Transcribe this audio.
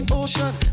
ocean